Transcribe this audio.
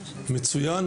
מצויין.